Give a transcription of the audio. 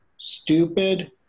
stupid